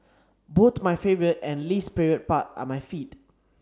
both my favourite and least favourite part are my feet